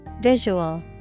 Visual